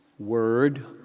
word